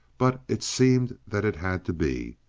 but it seems that it had to be.